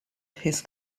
his